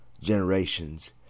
generations